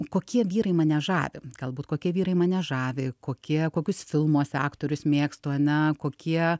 kokie vyrai mane žavi galbūt kokie vyrai mane žavi kokie kokius filmuose aktorius mėgstu ane kokie